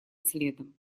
следом